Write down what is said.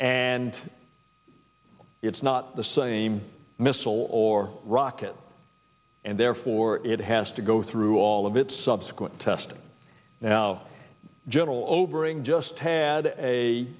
and it's not the same missile or rocket and therefore it has to go through all of its subsequent testing now general obering just had a